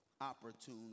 opportune